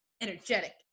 energetic